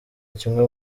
kimwe